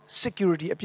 security